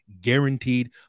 guaranteed